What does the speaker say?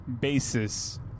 basis